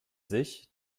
sich